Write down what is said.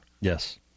Yes